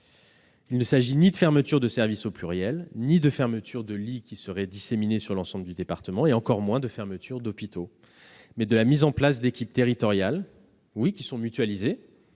Il ne s'agit ni de fermetures de services ni d'une fermeture de lits disséminée sur l'ensemble du département, encore moins de fermetures d'hôpitaux, mais de la mise en place d'équipes territoriales, mutualisées